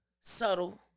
subtle